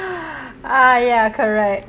ah yeah correct